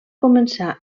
començar